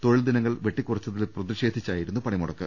തൊഴിൽദിന ങ്ങൾ വെട്ടിക്കുറച്ചതിൽ പ്രതിഷേധിച്ചായിരുന്നു പണിമുടക്ക്